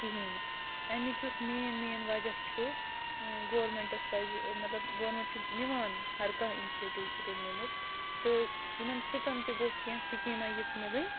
کِہیٖنۍ نہٕ اَمیُک یُس مین مین وَجہ چھُ گورمنٹس پَزِ مطلب گورمِنٹ چھُ نِوان ہر کانٛہہ اِنشیٚٹیو چھُ تٔمۍ نِمُت تہٕ یِمن سٕژن تہٕ گوٚژھ کیٚنٛہہ سِکیٖما یِژھ مِلٕنۍ